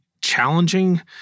challenging